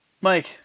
Mike